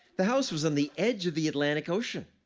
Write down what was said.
the house was on the edge of the atlantic ocean,